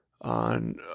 on